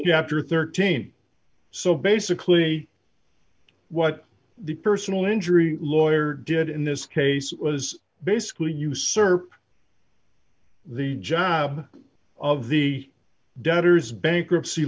your thirteen so basically what the personal injury lawyer did in this case was basically usurped the job of the debtors bankruptcy